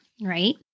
right